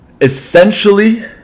Essentially